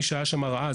מי שהיה שם ראה.